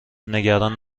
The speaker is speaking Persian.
نگران